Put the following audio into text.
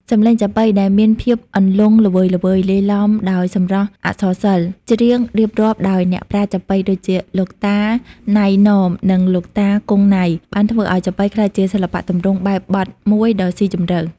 សម្លេងចាប៉ីដែលមានភាពអន្លង់ល្វើយៗ លាយឡំដោយសម្រស់អក្សរសិល្ប៍ ច្រៀងរៀបរាប់ដោយអ្នកប្រាជ្ញចាប៉ី ដូចជាលោកតា ណៃ ណម និងលោកតា គង់ ណៃ បានធ្វើឱ្យចាប៉ីក្លាយជាសិល្បៈទម្រង់បែបបទមួយដ៏ស៊ីជម្រៅ។